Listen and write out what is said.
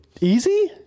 easy